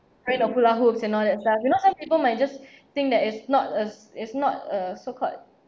trying to hula hoops and all that stuff you know some people might just think that it's not as it's not a so-called